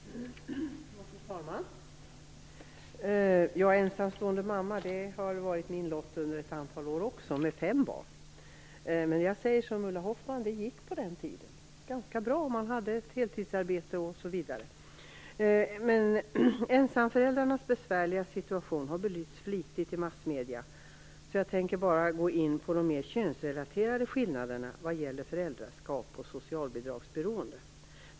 Fru talman! Att vara ensamstående mamma har under ett antal år varit också min lott. Jag har varit ensam med fem barn. Men jag säger som Ulla Hoffmann sade, att det på den tiden gick ganska bra om man hade ett heltidsarbete. Ensamföräldrarnas besvärliga situation har belysts flitigt i massmedierna, så jag tänker bara gå in på de mer könsrelaterade skillnaderna vad gäller föräldraskap och socialbidragsberoende.